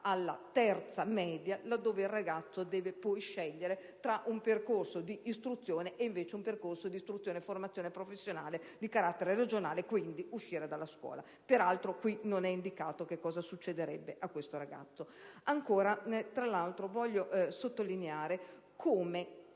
alla terza media, laddove il ragazzo deve poi scegliere tra un percorso di istruzione e un percorso di istruzione e formazione professionale di carattere regionale, quindi uscire dalla scuola. Peraltro, qui non è indicato cosa accadrebbe a questo ragazzo. Voglio ancora sottolineare come